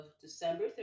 December